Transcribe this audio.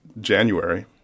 January